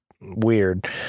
weird